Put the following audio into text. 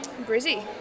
Brizzy